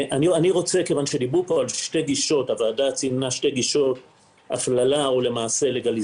כיוון שדברו על שתי גישות אי הפללה ולגליזציה,